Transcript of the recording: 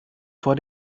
vor